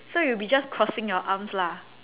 so you will be just crossing your arms lah